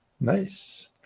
nice